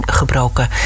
gebroken